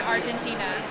Argentina